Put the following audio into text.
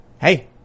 Hey